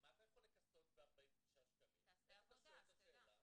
מה אתה יכול לכסות ב-49 שקלים -- תעשה עבודה אז תדע.